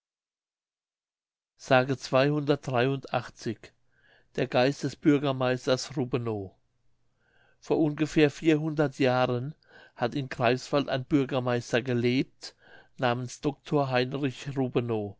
der geist des bürgermeisters rubenow vor ungefähr jahren hat in greifswald ein bürgermeister gelebt namens doctor heinrich